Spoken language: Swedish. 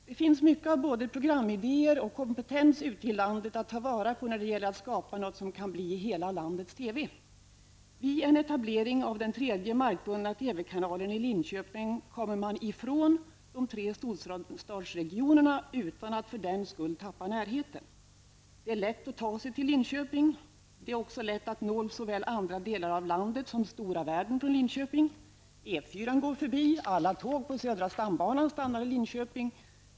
Det finns mycket av både programidéer och kompetens ute i landet att ta vara på när det gäller att skapa något som kan bli ''hela landets TV.'' kanalen i Linköping kommer man ifrån de tre storstadsregionerna utan att för den skull tappa närheten. Det är lätt att ta sig till Linköping. Det är också lätt att nå såväl andra delar av landet som stora världen från Linköping. Alla tåg på södra stambanan stannar i Linköping.